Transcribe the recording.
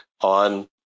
on